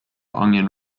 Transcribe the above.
onion